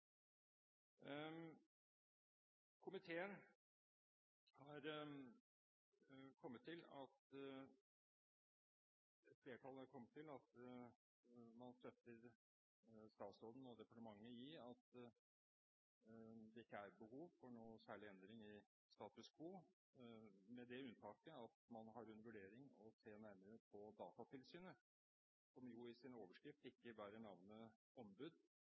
Et flertall i komiteen er kommet til at man støtter statsråden og departementet i at det ikke er behov for noen særlig endring i status quo, med det unntaket at man har under vurdering å se nærmere på Datatilsynet, som jo i sin overskrift ikke bærer navnet ombud,